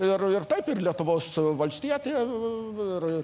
ir ir taip ir lietuvos valstietį ir ir